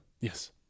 Yes